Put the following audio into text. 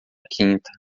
quinta